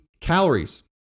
calories